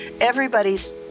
Everybody's